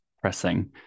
pressing